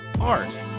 art